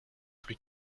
plus